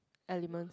elements